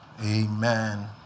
Amen